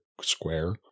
square